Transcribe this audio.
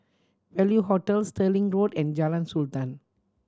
Value Hotel Stirling Road and Jalan Sultan